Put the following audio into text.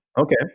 Okay